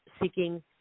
seeking